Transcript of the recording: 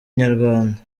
inyarwanda